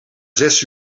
zes